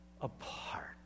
apart